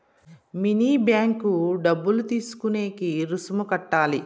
mini bank డబ్బులు తీసుకునేకి రుసుములు కట్టాలి